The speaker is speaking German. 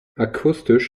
akustisch